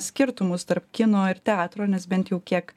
skirtumus tarp kino ir teatro nes bent jau kiek